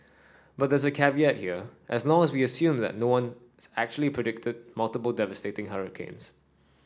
but there's a caveat here as long as we assume that no one actually predicted multiple devastating hurricanes